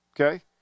Okay